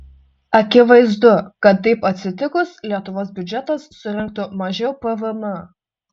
akivaizdu kad taip atsitikus lietuvos biudžetas surinktų mažiau pvm